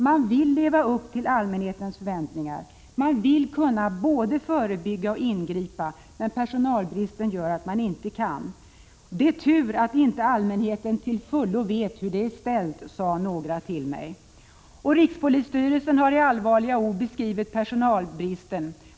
Man vill leva upp till allmänhetens förväntningar, man vill kunna både förebygga och ingripa, men personalbristen gör att man inte kan. ”Det är tur att inte allmänheten till fullo vet hur det är ställt”, sade några till mig. Rikspolisstyrelsen har i allvarliga ordalag beskrivit personalbristen.